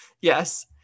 Yes